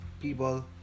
people